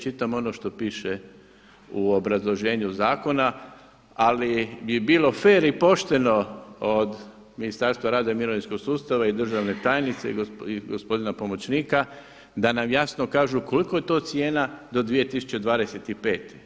Čitam ono što piše u obrazloženju zakona, ali bi bilo fer i pošteno od Ministarstva rada i mirovinskog sustava i državne tajnice i gospodina pomoćnika da nam jasno kažu koliko je to cijena do 2025.